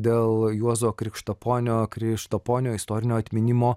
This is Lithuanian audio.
dėl juozo krikštaponio krištaponio istorinio atminimo